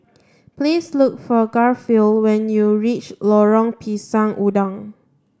please look for Garfield when you reach Lorong Pisang Udang